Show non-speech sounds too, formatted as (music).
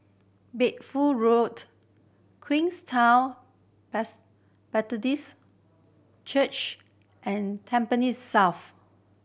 Bedford Road Queenstown (unintelligible) Baptist Church and Tampines South